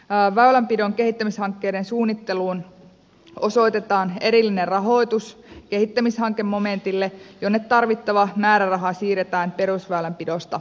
väylänpidon kehittämishankkeiden suunnitteluun osoitetaan erillinen rahoitus kehittämishankemomentille jonne tarvittava määräraha siirretään perusväylänpidosta